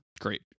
Great